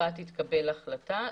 בו תתקבל החלטה.